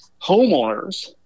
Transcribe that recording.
Homeowners